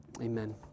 Amen